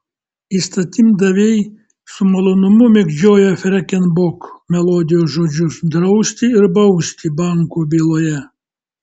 įstatymdaviai su malonumu mėgdžioja freken bok melodijos žodžius drausti ir bausti bankų byloje